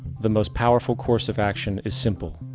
the most powerful course of action is simple.